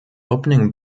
opening